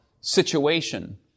situation